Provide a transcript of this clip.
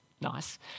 nice